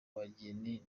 bageni